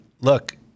look